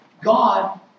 God